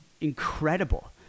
incredible